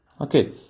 Okay